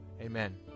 Amen